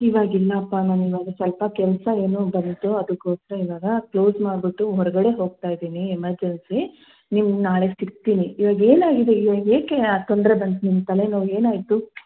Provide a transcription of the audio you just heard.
ಇವಾಗಿಲ್ಲಪ್ಪ ನಾನಿವಾಗ ಸ್ವಲ್ಪ ಕೆಲಸ ಏನೋ ಬಂತು ಅದಕ್ಕೋಸ್ಕರ ಈವಾಗ ಕ್ಲೋಸ್ ಮಾಡಿಬಿಟ್ಟು ಹೊರಗಡೆ ಹೋಗ್ತಾ ಇದ್ದೀನಿ ಎಮರ್ಜೆನ್ಸಿ ನಿಮ್ಗೆ ನಾಳೆ ಸಿಗ್ತೀನಿ ಇವಾಗ ಏನಾಗಿದೆ ಏಕೆ ಆ ತೊಂದರೆ ಬಂತು ನಿಮ್ಮ ತಲೆನೋವು ಏನಾಯಿತು